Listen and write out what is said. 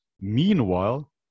Meanwhile